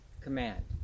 command